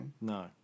No